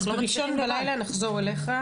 טוב, עכשיו נחזור אלייך.